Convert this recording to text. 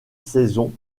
saison